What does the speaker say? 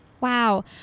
Wow